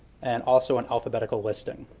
and also an alphabetical listing.